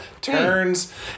turns